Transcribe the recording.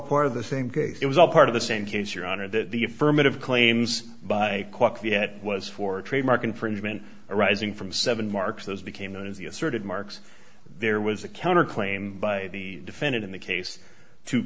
part of the same case it was all part of the same case your honor that the affirmative claims by kwok yet was for trademark infringement arising from seven marks those became known as the asserted marks there was a counter claim by the defendant in the case to